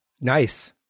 Nice